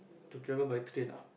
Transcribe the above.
to travel by train ah